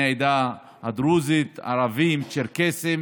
בני העדה הדרוזית, ערבים, צ'רקסים.